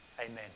Amen